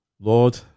Lord